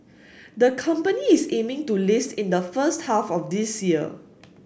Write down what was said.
the company is aiming to list in the first half of this year